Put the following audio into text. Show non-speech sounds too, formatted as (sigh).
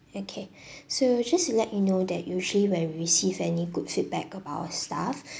okay (breath) so just to let you know that usually when we receive any good feedback about staff (breath)